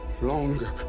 longer